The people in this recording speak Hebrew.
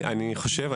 אני חושב.